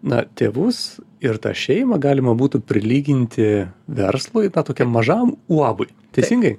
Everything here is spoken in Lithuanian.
na tėvus ir tą šeimą galima būtų prilyginti verslui tą tokiam mažam uabui teisingai